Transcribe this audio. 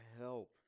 help